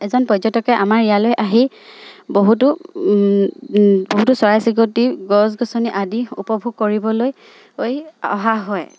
এজন পৰ্যটকে আমাৰ ইয়ালৈ আহি বহুতো বহুতো চৰাই চিৰিকটি গছ গছনি আদি উপভোগ কৰিবলৈ অহা হয়